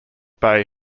bay